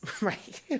Right